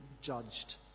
judged